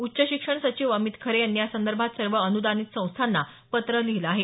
उच्च शिक्षण सचिव अमित खरे यांनी यासंदर्भात सर्व अनुदानित संस्थांना पत्र लिहिलं आहे